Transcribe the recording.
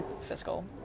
Fiscal